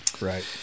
right